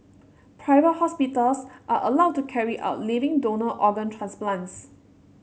private hospitals are allowed to carry out living donor organ transplants